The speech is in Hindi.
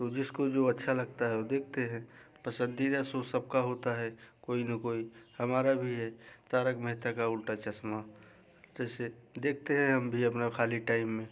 तो जिसको जो अच्छा लगता है वे देखते हैं पसंदीदा सो सबका होता है कोई ना कोई हमारा भी है तारक मेहता का उलट चश्मा तो इसे देखते हैं हम भी अपने ख़ाली टाइम में